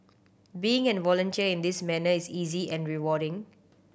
being an volunteer in this manner is easy and rewarding